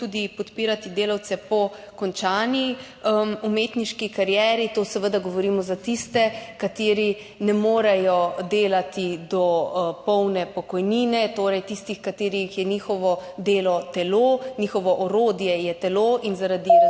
tudi podpirati delavce po končani umetniški karieri. To seveda govorimo za tiste, ki ne morejo delati do polne pokojnine, torej tiste, katerih delo je telo, njihovo orodje je telo, kot so sodobni